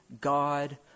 God